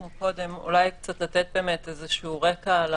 אולי קצת לתת רקע על